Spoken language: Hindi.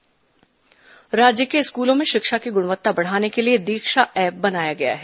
दीक्षा ऐप राज्य के स्कूलों में शिक्षा की गुणवत्ता बढ़ाने के लिए दीक्षा ऐप बनाया गया है